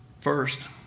First